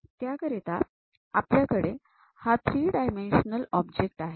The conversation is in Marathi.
त्याकरिता आपल्याकडे हा 3 डायमेन्शनल ऑब्जेक्ट आहे